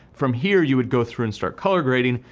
from here, you would go through and start color grading,